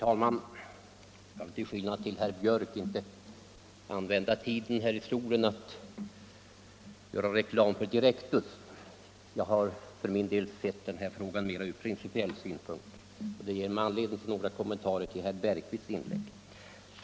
Herr talman! Till skillnad från herr Björck i Nässjö vill jag inte använda tiden här i talarstolen till att göra reklam för Direktus. Jag har för min del sett den här frågan mera ur principiell synpunkt, och det ger mig anledning till några kommentarer till herr Bergqvists inlägg.